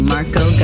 Marco